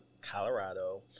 Colorado